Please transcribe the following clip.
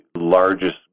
largest